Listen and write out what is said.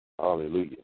Hallelujah